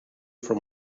from